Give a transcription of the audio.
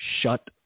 Shut